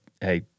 hey